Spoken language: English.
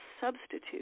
substitute